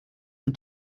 und